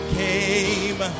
came